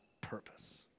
purpose